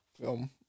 film